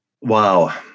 Wow